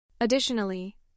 Additionally